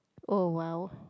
oh !wow!